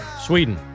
Sweden